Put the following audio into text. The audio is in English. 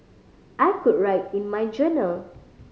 I could write in my journal